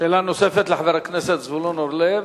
שאלה נוספת לחבר הכנסת זבולון אורלב,